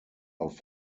auf